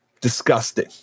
disgusting